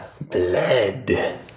bled